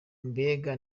mbega